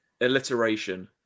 Alliteration